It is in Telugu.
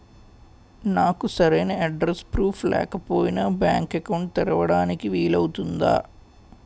నాకు సరైన అడ్రెస్ ప్రూఫ్ లేకపోయినా బ్యాంక్ అకౌంట్ తెరవడానికి వీలవుతుందా?